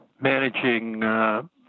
managing